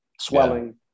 swelling